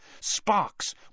Sparks